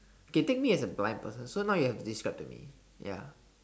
you take me as a blind person so now you have to describe to me ya